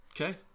Okay